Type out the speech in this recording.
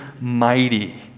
mighty